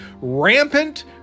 rampant